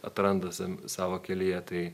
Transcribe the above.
atranda sam savo kelyje tai